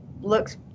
looks